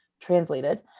translated